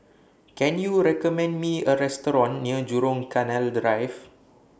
Can YOU recommend Me A Restaurant near Jurong Canal Drive